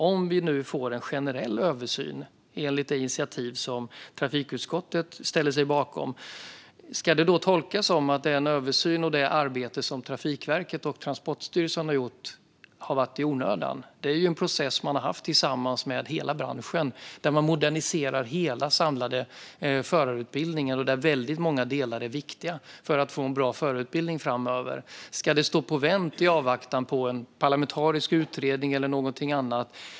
Om vi nu får en generell översyn enligt det initiativ som trafikutskottet ställer sig bakom, ska det då tolkas som att den översyn och det arbete som Trafikverket och Transportstyrelsen gjort har varit i onödan? Det är ju en process man har haft tillsammans med hela branschen, där man moderniserar hela den samlade förarutbildningen och där väldigt många delar är viktiga för att få en bra förarutbildning framöver. Ska det stå på paus i väntan på en parlamentarisk utredning eller någonting annat?